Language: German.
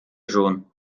schon